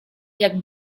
jak